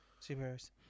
superheroes